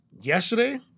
yesterday